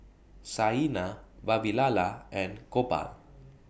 Saina Vavilala and Gopal